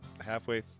halfway